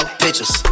pictures